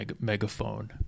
megaphone